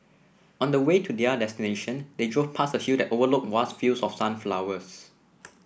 on the way to their destination they drove past a hill that overlooked vast fields of sunflowers